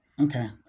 Okay